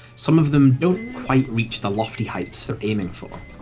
some of them don't quite reach the lofty heights they're aiming for.